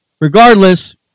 Regardless